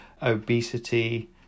obesity